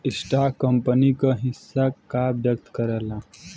stock company क हिस्सा का व्यक्त करला